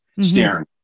staring